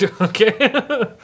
okay